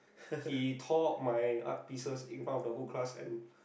he told my art pieces in front of the whole class and